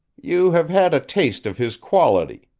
you have had a taste of his quality,